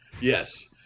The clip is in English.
yes